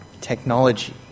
technology